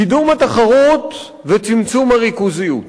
קידום התחרות וצמצום הריכוזיות.